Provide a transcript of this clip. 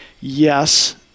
yes